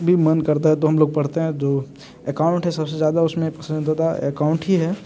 भी मन करता है तो हम लोग पढ़ते हैं जो एकाउंट है सबसे ज़्यादा उसमें पसंदीदा एकाउंट ही है